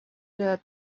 der